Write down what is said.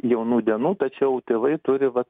jaunų dienų tačiau tėvai turi vat